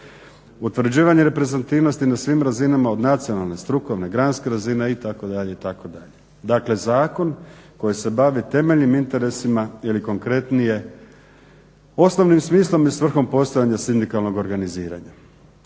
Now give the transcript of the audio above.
utvrđivanje reprezentativnosti na svim razinama od nacionalne, strukovne, granske razine itd., itd. Dakle, zakon koji se bavi temeljnim interesima ili konkretnije poslovnim smislom i svrhom postojanja sindikalnog organiziranja.